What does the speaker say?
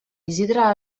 isidre